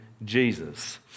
Jesus